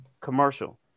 commercial